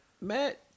Matt